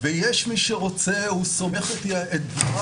זה הגדרה שסותרת את עצמה וקורסת